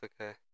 okay